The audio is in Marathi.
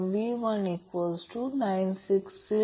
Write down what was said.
म्हणून f0 हे 100 हर्ट्झ दिले आहे